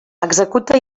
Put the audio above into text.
executa